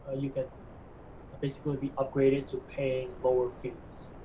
ah you can basically be upgraded to paying lower fees.